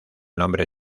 nombre